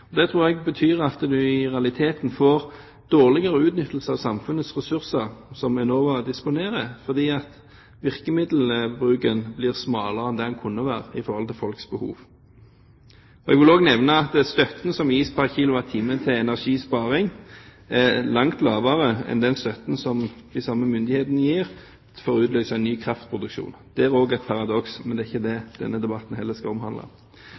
ordningene. Det tror jeg betyr at en i realiteten får dårligere utnyttelse av samfunnets ressurser som Enova disponerer, for virkemiddelbruken blir smalere enn det den kunne vært i forhold til folks behov. Jeg vil også nevne at støtten som gis pr. kWh til energisparing, er langt lavere enn den støtten som de samme myndighetene gir for å utløse en ny kraftproduksjon. Det er også et paradoks, men det er ikke det denne debatten heller skal omhandle.